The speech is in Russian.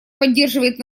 поддерживает